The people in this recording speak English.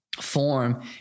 form